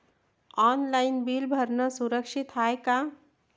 Online bill भरनं सुरक्षित हाय का?